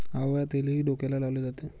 आवळा तेलही डोक्याला लावले जाते